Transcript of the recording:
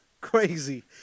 crazy